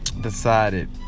decided